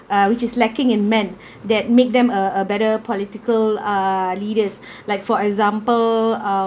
uh which is lacking in men that make them a a better political uh leaders like for example uh